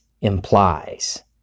implies